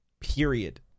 Period